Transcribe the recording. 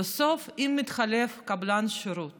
בסוף, אם מתחלף קבלן שירות